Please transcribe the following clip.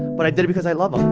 but i did it because i love um